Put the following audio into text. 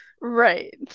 Right